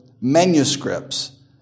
manuscripts